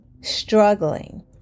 struggling